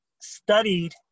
studied